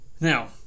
Now